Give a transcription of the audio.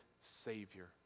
Savior